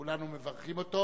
כולנו מברכים אותו